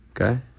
Okay